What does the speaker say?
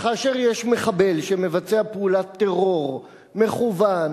וכאשר יש מחבל שמבצע פעולת טרור מכוון,